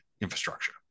infrastructure